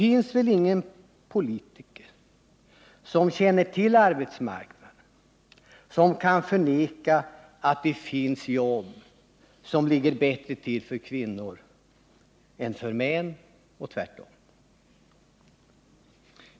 Ingen politiker som känner till arbetsmarknaden kan förneka att det finns jobb som ligger bättre till för kvinnor än för män och tvärtom.